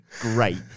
Great